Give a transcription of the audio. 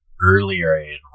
earlier